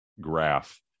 graph